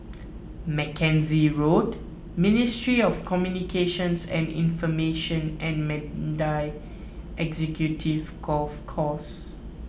Mackenzie Road Ministry of Communications and Information and Mandai Executive Golf Course